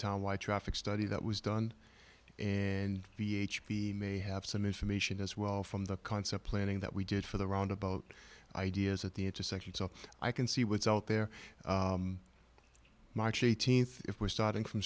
town light traffic study that was done and b h p may have some information as well from the concept planning that we did for the roundabout ideas at the intersection so i can see what's out there march th if we're starting from